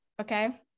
okay